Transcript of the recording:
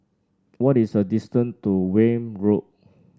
what is the distance to Welm Road